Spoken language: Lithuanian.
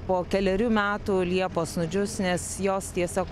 po kelerių metų liepos nudžius nes jos tiesiog